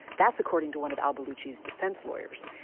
that's according to one of al-baluchi's defense lawyers.